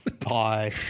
Bye